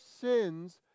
sins